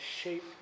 shape